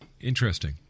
Interesting